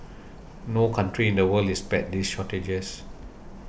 no country in the world is spared these shortages